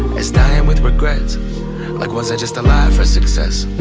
is dying with regrets like was i just alive for success?